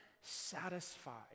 satisfied